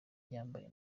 yambaye